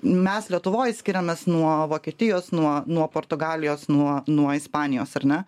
mes lietuvoj skiriamės nuo vokietijos nuo nuo portugalijos nuo nuo ispanijos ar ne